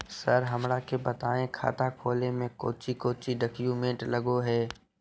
Sir हमरा के बताएं खाता खोले में कोच्चि कोच्चि डॉक्यूमेंट लगो है?